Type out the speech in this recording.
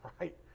right